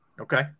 Okay